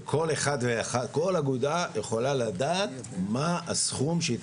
וכל אגודה יכולה לדעת את הסכום שהיא